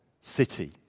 city